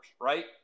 right